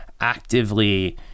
actively